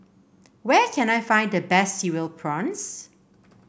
where can I find the best Cereal Prawns